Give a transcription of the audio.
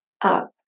up